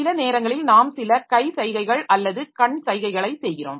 சில நேரங்களில் நாம் சில கை சைகைகள் அல்லது கண் சைகைகளை செய்கிறோம்